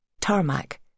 Tarmac